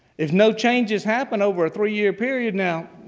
if no changes happen over a three-year period now,